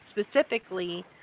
specifically